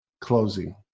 closing